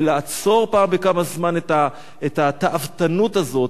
ולעצור פעם בכמה זמן את התאוותנות הזאת,